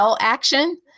action